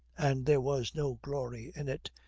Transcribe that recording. and there was no glory in it.